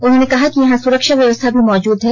उन्होंने कहा कि यहां सुरक्षा व्यवस्था भी मौजूद है